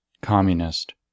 communist